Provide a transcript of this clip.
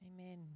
Amen